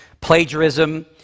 plagiarism